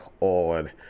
on